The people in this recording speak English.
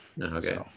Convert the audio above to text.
Okay